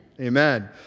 Amen